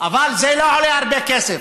אבל זה לא עולה הרבה כסף.